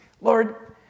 Lord